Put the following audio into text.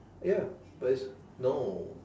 ya but it's no